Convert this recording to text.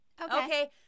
Okay